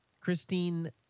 Christine